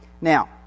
Now